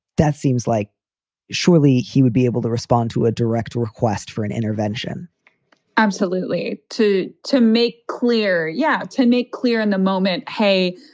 that seems like surely he would be able to respond to a direct request for an intervention absolutely. to to make clear. yeah. to make clear in the moment. hey,